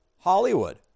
Hollywood